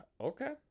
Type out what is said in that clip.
okay